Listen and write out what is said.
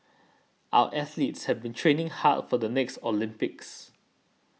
our athletes have been training hard for the next Olympics